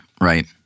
right